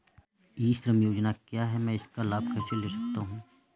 ई श्रम योजना क्या है मैं इसका लाभ कैसे ले सकता हूँ?